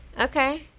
Okay